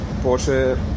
Porsche